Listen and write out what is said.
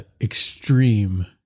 extreme